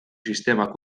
sistemak